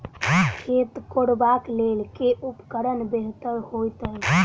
खेत कोरबाक लेल केँ उपकरण बेहतर होइत अछि?